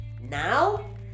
Now